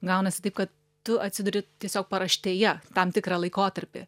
gaunasi taip kad tu atsiduri tiesiog paraštėje tam tikrą laikotarpį